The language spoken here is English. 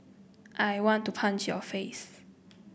I want to punch your face